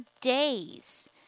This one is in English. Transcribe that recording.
days—